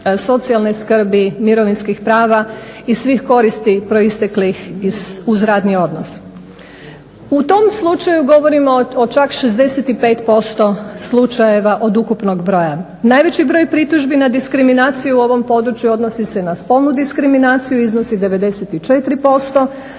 socijalne skrbi, mirovinskih prava i svih koristi proisteklih iz, uz radni odnos. U tom slučaju govorimo o čak 65% slučajeva od ukupnog broja. Najveći broj pritužbi na diskriminaciju u ovom području odnosi se na spolnu diskriminaciju iznosi 94%,